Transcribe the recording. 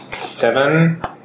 Seven